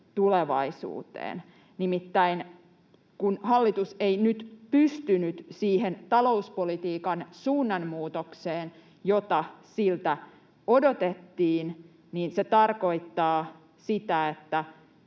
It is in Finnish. tulevaisuuteen. Nimittäin kun hallitus ei nyt pystynyt siihen talouspolitiikan suunnanmuutokseen, jota siltä odotettiin, niin se tarkoittaa sitä, että